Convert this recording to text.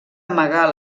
amagar